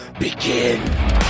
begin